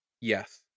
Yes